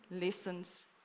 lessons